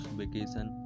vacation